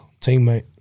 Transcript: teammate